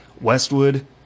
Westwood